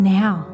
now